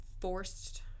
forced